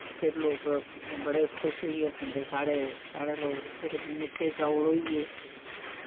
फिर लोक बड़े खुश होइयै खंदे साढ़े साढ़ै लोक फिर मिट्ठे चौल होइये